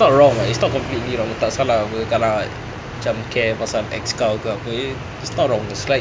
it's not wrong ah it's not completely wrong tak salah [pe] kalau cam care pasal ex kau ke apa it's not wrong it's like